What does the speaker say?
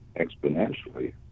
exponentially